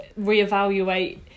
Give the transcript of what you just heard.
reevaluate